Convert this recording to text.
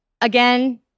Again